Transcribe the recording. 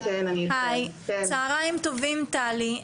צהרים טובים טלי.